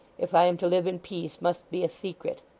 if i am to live in peace, must be a secret.